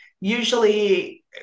usually